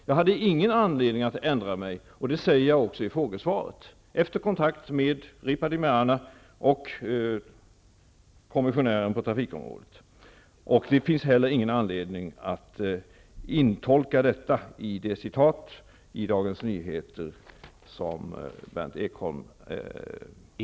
Jag hade inte någon anledning att ändra mig, och det säger jag också i mitt frågesvar; detta efter att ha haft kontakt med Ripa de Meana, EG kommissionären på trafikområdet. Det finns heller inte någon anledning att intolka detta i det citat i